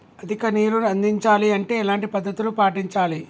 అధిక నీరు అందించాలి అంటే ఎలాంటి పద్ధతులు పాటించాలి?